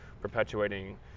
perpetuating